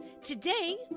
Today